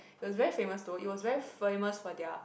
it was very famous though it was very famous for their